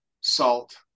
salt